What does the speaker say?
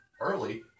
early